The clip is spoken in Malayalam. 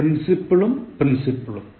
principal ഉം principle ഉം